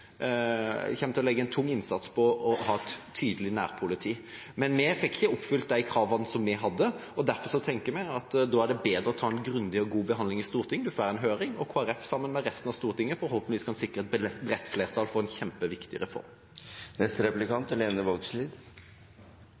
til å legge en tung innsats på å ha et tydelig nærpoliti. Men vi fikk ikke oppfylt de kravene vi hadde, derfor tenker vi at da er det bedre å ta en grundig og god behandling i Stortinget. Man får en høring, og Kristelig Folkeparti sammen med resten av Stortinget kan forhåpentlig sikre et bredt flertall for en